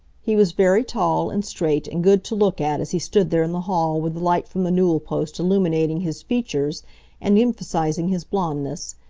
he was very tall, and straight and good to look at as he stood there in the hall with the light from the newel-post illuminating his features and emphasizing his blondness.